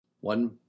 one